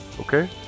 okay